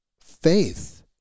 faith